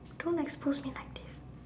don't expose me like this